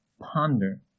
ponder